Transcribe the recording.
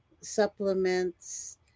supplements